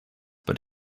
but